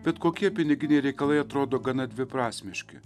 bet kokie piniginiai reikalai atrodo gana dviprasmiški